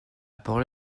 parole